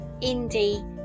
Indy